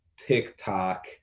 TikTok